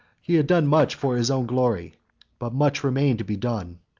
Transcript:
he had done much for his own glory but much remained to be done,